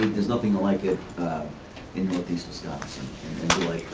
there's nothing to like it in northeast wisconsin